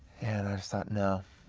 and i just thought, no,